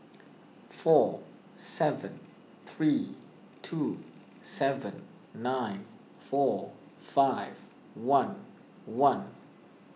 four seven three two seven nine four five one one